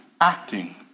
acting